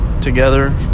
together